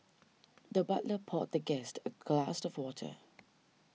the butler poured the guest a glass of water